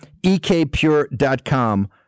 ekpure.com